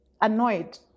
annoyed